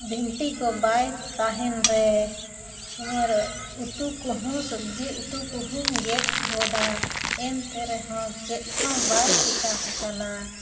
ᱵᱷᱤᱱᱴᱤ ᱠᱚ ᱵᱟᱭ ᱛᱟᱦᱮᱱ ᱨᱮ ᱥᱚᱢᱚᱭᱨᱮ ᱩᱛᱩ ᱠᱚᱦᱚᱸ ᱥᱚᱵᱽᱡᱤ ᱩᱛᱩ ᱠᱚᱦᱚᱸᱧ ᱜᱮᱫ ᱜᱚᱫᱟ ᱮᱱᱛᱮ ᱨᱮᱦᱚᱸ ᱪᱮᱫ ᱦᱚᱸ ᱵᱟᱭ ᱪᱤᱠᱟᱹ ᱦᱟᱠᱟᱱᱟ